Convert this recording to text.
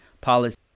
policy